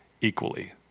equally